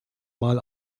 mal